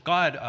God